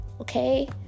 Okay